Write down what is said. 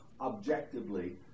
objectively